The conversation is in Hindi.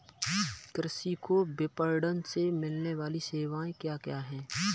कृषि को विपणन से मिलने वाली सेवाएँ क्या क्या है